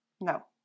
No